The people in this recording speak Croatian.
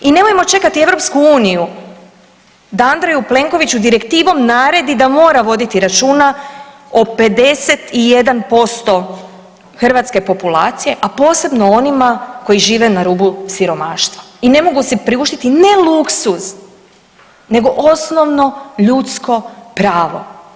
I nemojmo čekati EU da Andreju Plenkoviću direktivom naredi da mora voditi računa o 51% hrvatske populacije, a posebno onima koji žive na rubu siromaštva i ne mogu si priuštiti ne luksuz nego osnovno ljudsko pravo.